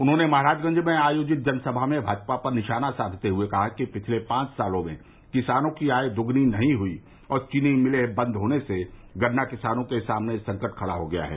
उन्होंने महराजगंज में आयोजित जनसभा में भाजपा पर निशाना साधते हुए कहा कि पिछले पांच सालों में किसानों की आय दोगुनी नहीं हुई और चीनी मिलें बंद होने से गन्ना किसानों के सामने संकट खड़ा हो गया है